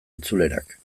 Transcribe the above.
itzulerak